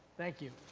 thank you.